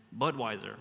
Budweiser